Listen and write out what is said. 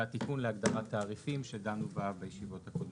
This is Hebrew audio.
זה התיקון להגדרת תעריפים שבה דנו בישיבות הקודמות.